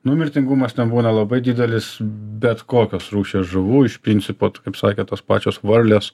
nu mirtingumas nebūna labai didelis bet kokios rūšies žuvų iš principo tai kaip sakėt tos pačios varlės